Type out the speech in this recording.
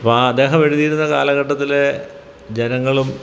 അപ്പോള് അദ്ദേഹം എഴുതിയിരുന്ന കാലഘട്ടത്തിലെ ജനങ്ങളും